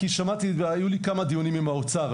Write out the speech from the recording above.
כי היו לי כמה דיונים על זה עם האוצר,